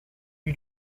you